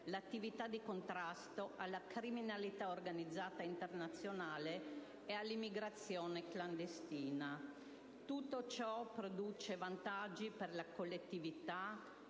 l'attività di contrasto alla criminalità organizzata internazionale e all'immigrazione clandestina. Tutto ciò produce vantaggi per la collettività